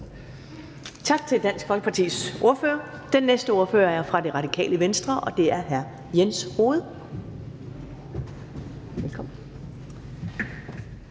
Tak til Dansk Folkepartis ordfører. Den næste ordfører er fra Det Radikale Venstre, og det er hr. Jens Rohde. Velkommen.